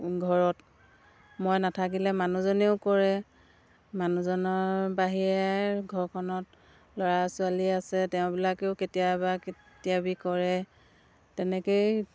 ঘৰত মই নাথাকিলে মানুহজনেও কৰে মানুহজনৰ বাহিৰে ঘৰখনত ল'ৰা ছোৱালী আছে তেওঁবিলাকেও কেতিয়াবা কেতিয়াবা কৰে তেনেকেই